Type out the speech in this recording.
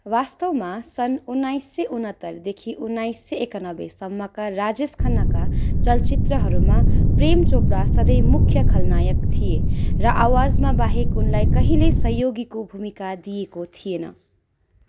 वास्तवमा सन् उन्नाइस सय उनातरदेखि उन्नाइस सय एकान्नब्बेसम्मका राजेश खन्नाका चलचित्रहरूमा प्रेम चोपडा सधैँ मुख्य खलनायक थिए र आवाजमा बाहेक उनलाई कहिल्यै सहयोगीको भूमिका दिइएको थिएन